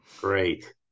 great